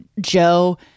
Joe